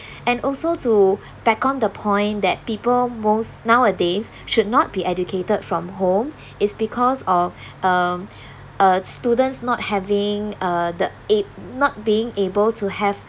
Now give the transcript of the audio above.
and also to back on the point that people most nowadays should not be educated from home it's because of um uh students not having uh the abl~ not being able to have